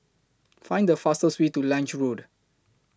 Find The fastest Way to Lange Road